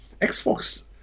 Xbox